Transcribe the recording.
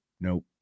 nope